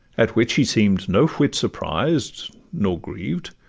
at which he seem'd no whit surprised nor grieved,